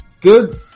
good